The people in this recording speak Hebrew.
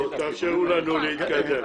תאפשרו לנו להתקדם.